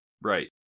Right